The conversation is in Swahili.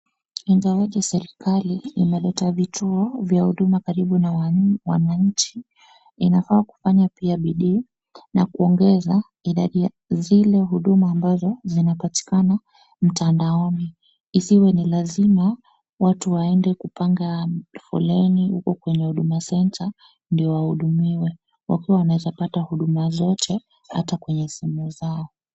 Ingawaje serikali imeleta vituo vya huduma karibu na wananchi, inafaa kufanya pia bidii na kuongeza idadi ya zile huduma ambazo zinapatikana mtandaoni. Isiwe ni lazima watu waende kupanga foleni huko kwenye huduma centre ndio wahudumiwe. Wakiwa wanaweza kupata huduma zote hata kwenye simu zao.